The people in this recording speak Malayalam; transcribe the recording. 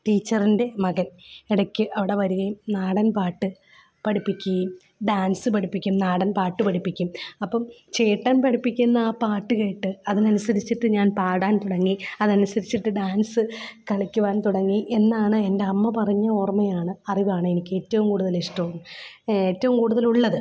ടീച്ചറിൻ്റെ മകൻ ഇടയ്ക്ക് അവിടെ വരികയും നാടൻപാട്ട് പഠിപ്പിക്കുകയും ഡാൻസ് പഠിപ്പിക്കും നാടൻപാട്ടു പഠിപ്പിക്കും അപ്പം ചേട്ടൻ പഠിപ്പിക്കുന്ന ആ പാട്ട് കേട്ട് അതിനനുസരിച്ചിട്ട് ഞാൻ പാടാൻ തുടങ്ങി അതനുസരിച്ചിട്ട് ഡാൻസ് കളിക്കുവാൻ തുടങ്ങി എന്നാണ് എന്റെയമ്മ പറഞ്ഞ ഓർമ്മയാണ് അറിവാണെനിക്ക് ഏറ്റവും കൂടുതൽ ഇഷ്ടവും ഏറ്റവും കൂടുതലുള്ളത്